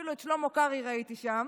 אפילו את שלמה קרעי ראיתי שם,